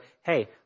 hey